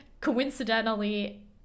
coincidentally